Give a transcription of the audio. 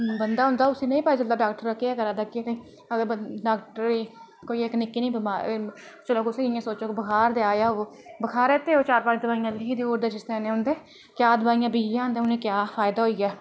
बंदा होंदा उसी नेईं पता चलदा कि डाक्टर केह् करा दा केह् नेईं ते अगर डाक्टरै गी कोई निक्की नेहीं चलो कोई बुखार गै आया होग ते बुखारै आस्तै ओह् पंज छे दवाइयां लिखी देई ओड़दा जिस कन्नै क्या दवाइयां बिकी जान ते क्या फायदा होई जा